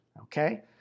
Okay